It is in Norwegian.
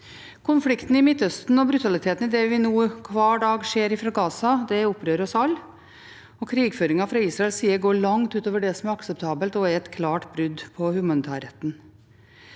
Konflikten i Midtøsten og brutaliteten i det vi hver dag ser fra Gaza, opprører oss alle. Krigføringen fra Israels side går langt utover det som er akseptabelt, og er et klart brudd på humanitærretten.